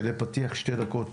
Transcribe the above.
פתיח שתי דקות,